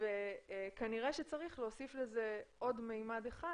וכנראה שצריך להוסיף לזה עוד ממד אחד,